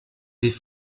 die